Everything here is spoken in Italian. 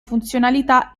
funzionalità